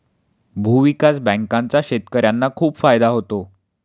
भूविकास बँकांचा शेतकर्यांना खूप फायदा होतो